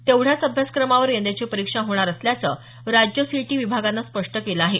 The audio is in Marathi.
तेवढ्याच अभ्यासक्रमावर यंदाची परीक्षा होणार असल्याचं राज्य सीईटी विभागाने स्पष्ट केलं आहे